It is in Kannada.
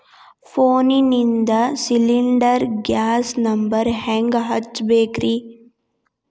ಫೋನಿಂದ ಸಿಲಿಂಡರ್ ಗ್ಯಾಸ್ ನಂಬರ್ ಹೆಂಗ್ ಹಚ್ಚ ಬೇಕ್ರಿ?